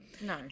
No